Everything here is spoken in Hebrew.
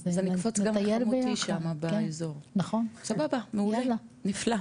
אז נקפוץ לשם באזור, סבבה, מעולה, נפלא.